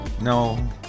no